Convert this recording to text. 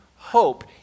hope